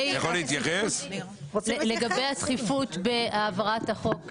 לגבי הדחיפות בהעברת החוק,